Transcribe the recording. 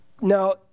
Now